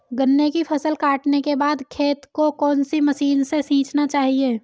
गन्ने की फसल काटने के बाद खेत को कौन सी मशीन से सींचना चाहिये?